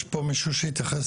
יש פה מישהו שיתייחס